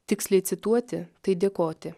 tiksliai cituoti tai dėkoti